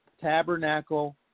tabernacle